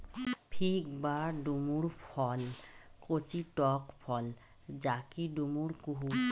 fig বা ডুমুর ফল কচি টক ফল যাকি ডুমুর কুহু